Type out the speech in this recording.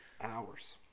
Hours